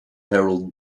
herald